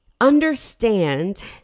Understand